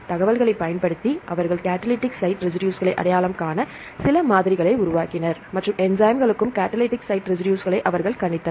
தகவல்களைப் பயன்படுத்தி அவர்கள் கடலிடிக் சைட் ரெசிடுஸ்களை அடையாளம் காண சில மாதிரிகளை உருவாக்கினர் மற்றும் அனைத்து என்ஸைம்களுக்கும் கடலிடிக் சைட் ரெசிடுஸ்களை அவர்கள் கணித்தனர்